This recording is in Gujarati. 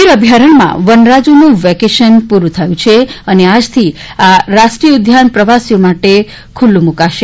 ગીર અભયારણ્ય માં વનરાજોનું વેકેશન પૂરું થાય છે અને આજથી આ રાષ્ટ્રીય ઉદ્યાન પ્રવાસીઓ માટે ફરી ખુલ્લું મુકાશે